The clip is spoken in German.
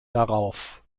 darauf